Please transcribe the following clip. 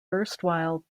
erstwhile